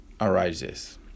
arises